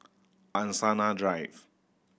Angsana Drive